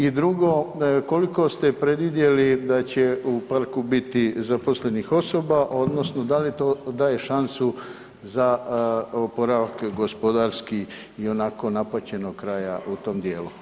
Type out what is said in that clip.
I drugo, koliko ste predvidjeli da će u parku biti zaposlenih osoba odnosno da li to daje šansu za oporavak gospodarski i onako napaćenog kraja u tom djelu?